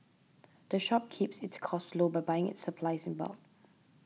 the shop keeps its costs low by buying its supplies in bulk